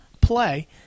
Play